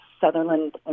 Sutherland